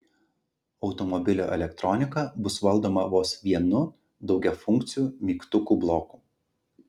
automobilio elektronika bus valdoma vos vienu daugiafunkciu mygtukų bloku